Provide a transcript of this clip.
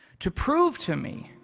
to prove to me